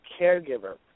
caregiver